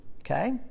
okay